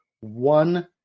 one